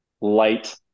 light